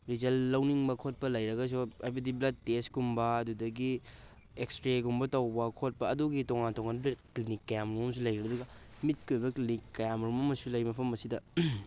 result ꯂꯧꯅꯤꯡꯕ ꯈꯣꯠꯄ ꯂꯩꯔꯒꯁꯨ ꯍꯥꯏꯕꯗꯤ ꯕ꯭ꯂꯗ ꯇꯦꯁ ꯀꯨꯝꯕ ꯑꯗꯨꯗꯒꯤ ꯑꯦꯛꯁꯔꯦ ꯒꯨꯝꯕ ꯇꯧꯕ ꯈꯣꯠꯄ ꯑꯗꯨꯒꯤ ꯇꯣꯉꯥꯟ ꯇꯣꯉꯥꯟꯕ ꯀ꯭ꯂꯤꯅꯤꯛ ꯀꯌꯥꯃꯔꯨꯝ ꯑꯃꯁꯨ ꯂꯩꯈ꯭ꯔꯦ ꯑꯗꯨꯒ ꯃꯤꯠꯀꯤ ꯑꯣꯏꯕ ꯀ꯭ꯂꯤꯅꯤꯛ ꯀꯌꯥ ꯃꯔꯣꯝ ꯑꯃꯁꯨ ꯂꯩ ꯃꯐꯝ ꯑꯁꯤꯗ